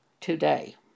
today